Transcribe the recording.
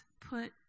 put